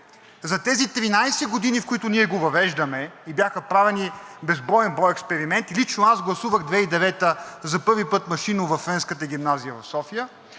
за тези 13 години, в които ние го въвеждаме и бяха правени безброен брой експерименти, лично аз гласувах 2009 г. за първи път машинно във Френската гимназия в София,